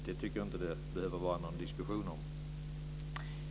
Jag tycker inte att det behöver vara någon diskussion om det.